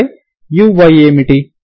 అయితే uy ఏమిటి